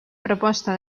proposta